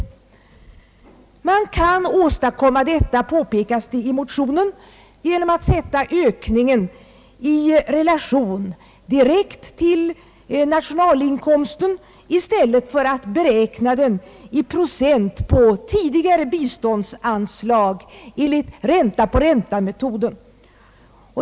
Man kan åstadkomma detta, påpekas det i motionen, genom att sätta ökningen i relation direkt till nationalinkomsten i stället för att beräkna den i procent på tidigare biståndsanslag enligt ränta-på-räntametoden.